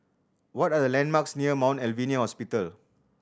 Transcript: what are the landmarks near Mount Alvernia Hospital